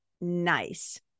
nice